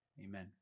Amen